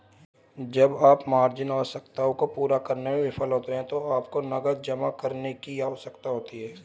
जब आप मार्जिन आवश्यकताओं को पूरा करने में विफल होते हैं तो आपको नकद जमा करने की आवश्यकता होती है